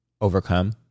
overcome